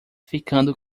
ficando